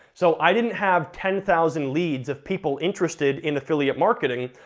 so i didn't have ten thousand leads of people interested in affiliate marketing,